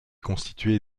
constitué